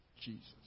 Jesus